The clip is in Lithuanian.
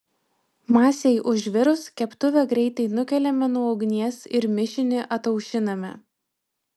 masei užvirus keptuvę greitai nukeliame nuo ugnies ir mišinį ataušiname